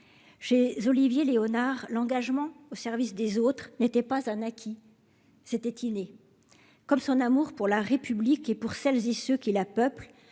j'ai Olivier Léonard l'engagement au service des autres n'était pas un acquis. C'était inné, comme son amour pour la République et pour celle-ci, ce qui la peuplent